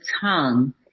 tongue